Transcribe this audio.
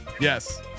Yes